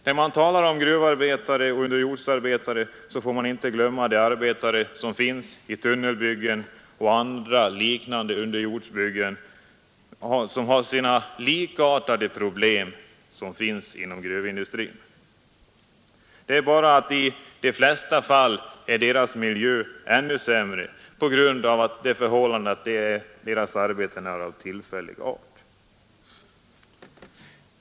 När man talar om underjordsarbetarna får man inte glömma de arbetare som finns i tunnelbyggen och andra liknande underjordsbyggen och som har problem likartade dem som finns inom gruvindustrin — det är bara det att i de flesta fall är deras miljö ännu sämre på grund av att deras arbeten är av tillfällig art.